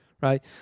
right